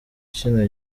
kino